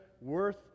worth